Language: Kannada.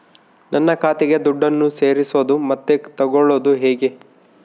ನನ್ನ ಖಾತೆಗೆ ದುಡ್ಡನ್ನು ಸೇರಿಸೋದು ಮತ್ತೆ ತಗೊಳ್ಳೋದು ಹೇಗೆ?